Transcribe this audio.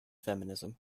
feminism